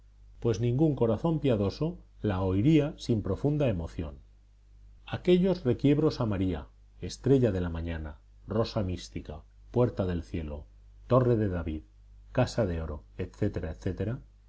pues ningún corazón piadoso la oiría sin profunda emoción aquellos requiebros a maría estrella de la mañana rosa mística puerta del cielo torre de david casa de oro